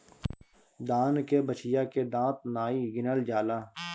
दान के बछिया के दांत नाइ गिनल जाला